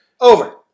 Over